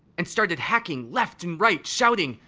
and started hacking left and right, shouting,